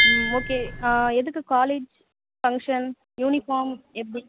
ம் ஓகே எதுக்கு college function uniform எப்படி